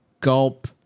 Gulp